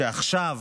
שעכשיו